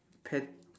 pet